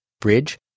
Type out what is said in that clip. bridge